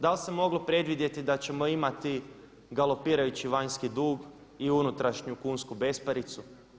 Da li se moglo predvidjeti da ćemo imati galopirajući vanjski dug i unutrašnju kunsku besparicu?